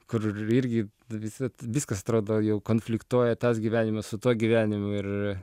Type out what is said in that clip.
kur irgi visad viskas atrodo jau konfliktuoja tas gyvenimas su tuo gyvenimu ir